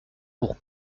pour